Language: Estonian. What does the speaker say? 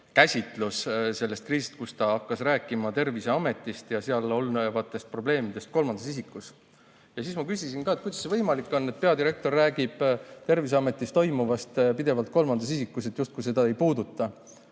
käsitlus sellest kriisist, kus ta hakkas rääkima Terviseametist ja seal olevatest probleemidest kolmandas isikus. Ma küsisin ka, et kuidas see võimalik on, et peadirektor räägib Terviseametis toimuvast pidevalt kolmandas isikus, justkui see ei puuduta